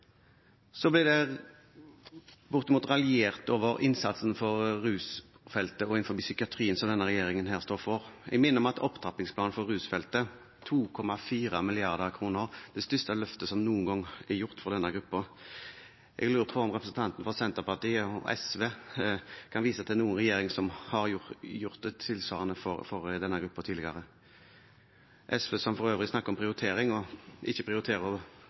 Så blir det bortimot raljert over innsatsen på rusfeltet og innen psykiatrien som denne regjeringen står for. Jeg minner om at Opptrappingsplanen for rusfeltet – 2,4 mrd. kr – er det største løftet som noen gang er gjort for denne gruppen. Jeg lurer på om representantene fra Senterpartiet og SV kan vise til noen regjering som har gjort tilsvarende for denne gruppen tidligere. Til SV, som for øvrig snakker om prioritering, og ikke prioriterer